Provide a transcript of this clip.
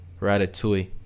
Ratatouille